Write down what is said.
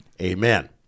Amen